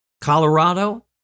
Colorado